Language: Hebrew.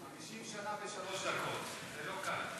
50 שנה בשלוש דקות, זה לא קל.